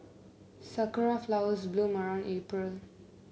sakura flowers bloom around April